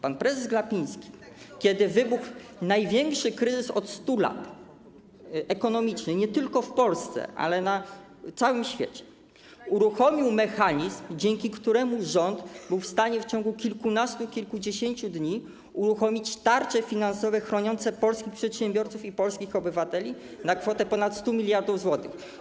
Pan prezes Glapiński, kiedy wybuchł największy od 100 lat kryzys ekonomiczny, nie tylko w Polsce, ale na całym świecie, uruchomił mechanizm, dzięki któremu rząd był w stanie w ciągu kilkunastu, kilkudziesięciu dni uruchomić tarcze finansowe chroniące polskich przedsiębiorców i polskich obywateli na kwotę ponad 100 mld zł.